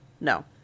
No